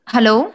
Hello